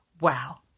wow